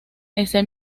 ese